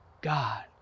God